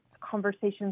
conversations